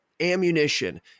ammunition